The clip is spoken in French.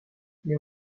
les